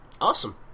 Awesome